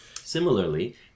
Similarly